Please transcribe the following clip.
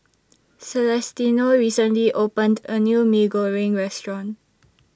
Celestino recently opened A New Mee Goreng Restaurant